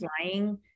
flying